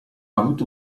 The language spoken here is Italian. avuto